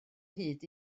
hyd